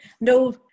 no